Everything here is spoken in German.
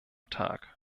tag